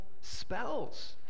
spells